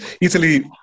Italy